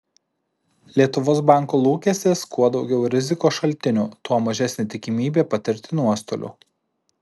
lietuvos banko lūkestis kuo daugiau rizikos šaltinių tuo mažesnė tikimybė patirti nuostolių